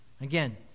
again